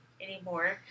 anymore